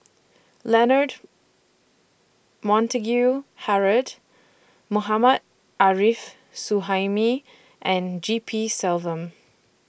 Leonard Montague Harrod Mohammad Arif Suhaimi and G P Selvam